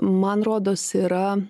man rodos yra